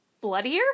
bloodier